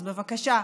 אז בבקשה,